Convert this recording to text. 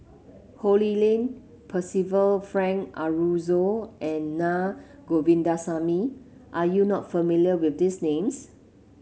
Ho Lee Ling Percival Frank Aroozoo and Naa Govindasamy are you not familiar with these names